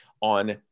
on